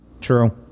True